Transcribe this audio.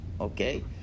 Okay